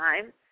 time